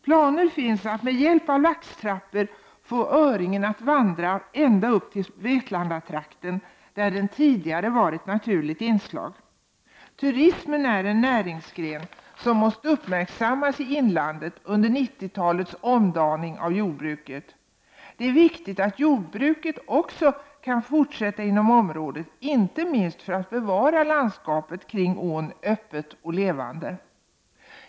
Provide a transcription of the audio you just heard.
Planer finns att med hjälp av laxtrappor få öringen att vandra ända upp till Vetlandatrakten, där den tidigare var ett naturligt inslag. Turismen är en näringsgren som måste uppmärksammas i inlandet under 90-talets omdaning av jordbruket. Det är viktigt att även jordbruket kan fortsätta i området, inte minst för att bevara landskapet kring ån öppet och levande.